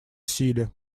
силе